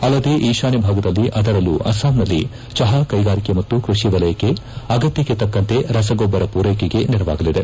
ಅಲ್ಲದೇ ಈಶಾನ್ಯ ಭಾಗದಲ್ಲಿ ಅದರಲ್ಲೂ ಅಸ್ಲಾಂನಲ್ಲಿ ಚಹಾ ಕೈಗಾರಿಕೆ ಮತ್ತು ಕೃಷಿ ವಲಯಕ್ಕೆ ಅಗತ್ಯಕ್ಕೆ ತಕ್ಕಂತೆ ರಸಗೊಬ್ಬರ ಮೂರೈಕೆಗೆ ನೆರವಾಗಲಿದೆ